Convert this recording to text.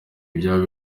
byaba